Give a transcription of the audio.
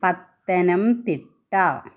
Pathanamthitta